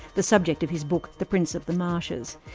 the subject of his book the prince of the marshes.